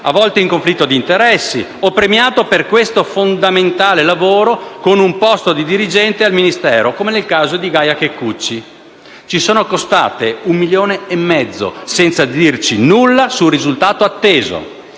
a volte in conflitto di interessi o premiati per questo fondamentale lavoro con un posto di dirigente al Ministero, come nel caso di Gaia Checcucci. Ci sono costati un milione e mezzo, senza dirci nulla sul risultato atteso.